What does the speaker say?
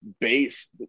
based